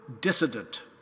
dissident